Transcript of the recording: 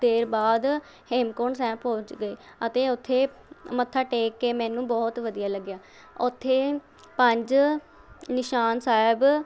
ਦੇਰ ਬਾਅਦ ਹੇਮਕੁੰਟ ਸਾਹਿਬ ਪਹੁੰਚ ਗਏ ਅਤੇ ਉੱਥੇ ਮੱਥਾ ਟੇਕ ਕੇ ਮੈਨੂੰ ਬਹੁਤ ਵਧੀਆ ਲੱਗਿਆ ਉੱਥੇ ਪੰਜ ਨਿਸ਼ਾਨ ਸਾਹਿਬ